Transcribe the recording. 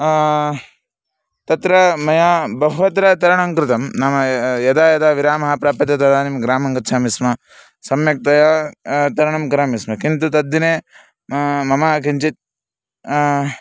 तत्र मया बहुत्र तरणं कृतं नाम यदा यदा विरामः प्राप्यते तदानीं ग्रामं गच्छामि स्म सम्यक्तया तरणं करोमि स्म किन्तु तद्दिने मम किञ्चित्